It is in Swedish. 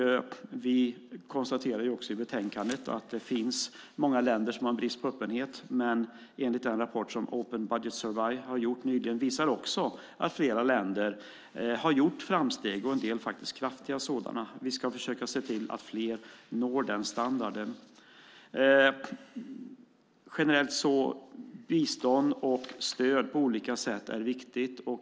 Vi konstaterar också i betänkandet att det i många länder finns brist på öppenhet. Men rapporten Open Budget Survey nyligen visar också att flera länder har gjort framsteg, en del faktiskt kraftiga sådana. Vi ska försöka se till att flera når den standarden. Generellt är bistånd och stöd på olika sätt viktigt.